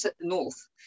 North